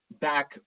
back